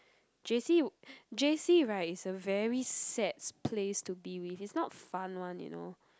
J_C J_C right is a very sad place to be with is not fun one you know